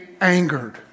angered